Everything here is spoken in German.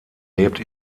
lebt